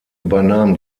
übernahm